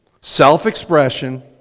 self-expression